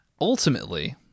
Ultimately